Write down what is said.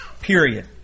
Period